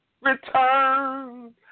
return